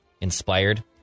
inspired